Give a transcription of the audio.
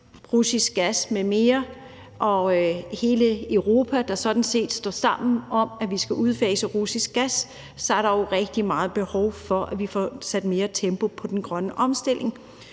russisk gas og hele Europa, der sådan set står sammen om at ville udfase den russiske gas, er der lige nu rigtig meget behov for, at vi får sat mere tempo på den grønne omstilling.